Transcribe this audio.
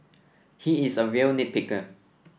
he is a real nit picker